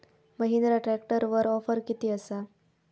महिंद्रा ट्रॅकटरवर ऑफर किती आसा?